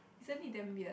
isn't it damn weird